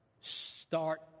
Start